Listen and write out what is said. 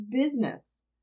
business